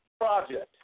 project